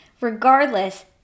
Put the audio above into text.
Regardless